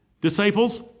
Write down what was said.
disciples